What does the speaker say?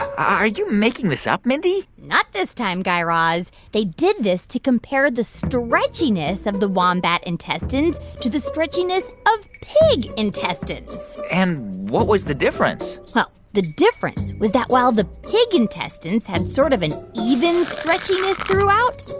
are you making this up, mindy? not this guy raz. they did this to compare the stretchiness of the wombat intestines to the stretchiness of pig intestines and what was the difference? well, the difference was that while the pig intestines had sort of an even stretchiness throughout,